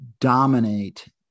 dominate